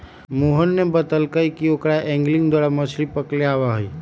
मोहन ने बतल कई कि ओकरा एंगलिंग द्वारा मछ्ली पकड़े आवा हई